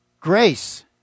grace